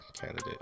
candidate